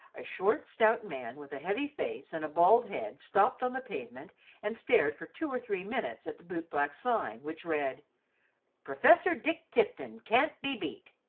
a short, stout man with a heavy face and a bald head stopped on the pavement and stared for two or three minutes at the bootblack's sign, which read professor dick tipton can't be beat.